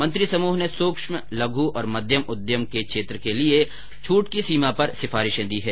मंत्री समूह ने सूक्ष्म लघ् और मध्यम उद्यम क्षेत्र के लिए छूट की सीमा पर सिफारिशे दी हैं